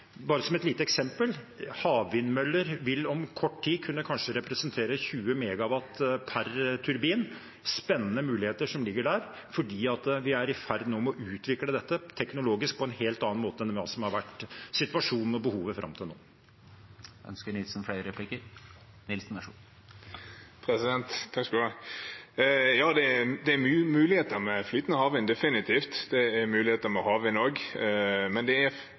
Bare som et lite eksempel: Havvindmøller vil om kort tid kanskje kunne representere 20 MW per turbin. Det er spennende muligheter som ligger der, fordi vi er i ferd med å utvikle dette teknologisk på en helt annen måte enn det som har vært situasjonen og behovet fram til nå. Marius Arion Nilsen – til oppfølgingsspørsmål. Det er definitivt mange muligheter med flytende havvind, det er muligheter med havvind også, men det er